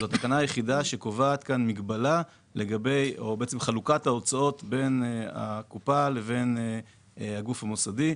זאת התקנה היחידה שקובעת כאן חלוקת הוצאות בין הקופה לבין הגוף המוסדי.